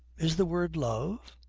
is the word love?